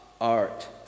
Art